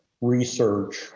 research